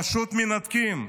פשוט מנתקים.